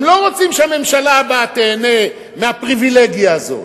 הם לא רוצים שהממשלה הבאה תיהנה מהפריווילגיה הזאת.